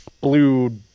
blue